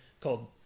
called